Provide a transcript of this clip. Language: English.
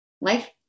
Life